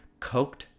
coked